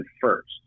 first